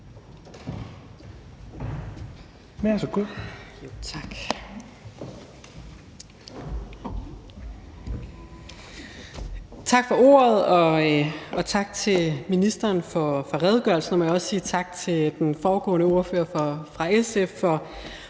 Tak for ordet, og tak til ministeren for redegørelsen, og jeg vil også sige tak til ordføreren fra SF